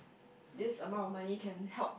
this amount of money can help